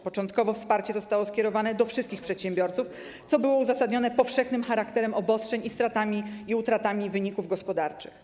Początkowo wsparcie zostało skierowane do wszystkich przedsiębiorców, co było uzasadnione powszechnym charakterem obostrzeń i utratami wyników gospodarczych.